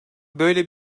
böyle